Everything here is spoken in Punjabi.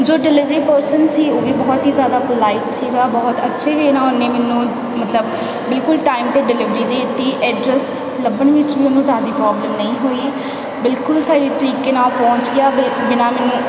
ਜੋ ਡਲਿਵਰੀ ਪਰਸਨ ਸੀ ਉਹ ਵੀ ਬਹੁਤ ਹੀ ਜ਼ਿਆਦਾ ਪੋਲਾਈਟ ਸੀਗਾ ਬਹੁਤ ਅੱਛੇ ਵੇ ਨਾਲ ਉਹਨੇ ਮੈਨੂੰ ਮਤਲਬ ਬਿਲਕੁਲ ਟਾਈਮ 'ਤੇ ਡਿਲਿਵਰੀ ਦੇ ਦਿੱਤੀ ਐਡਰੈੱਸ ਲੱਭਣ ਵਿਚ ਵੀ ਉਹਨੂੰ ਜ਼ਿਆਦਾ ਪ੍ਰੋਬਲਮ ਨਹੀਂ ਹੋਈ ਬਿਲਕੁਲ ਸਹੀ ਤਰੀਕੇ ਨਾਲ ਪਹੁੰਚ ਗਿਆ ਬਿਨ੍ਹਾਂ ਮੈਨੂੰ